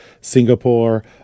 Singapore